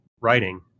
writing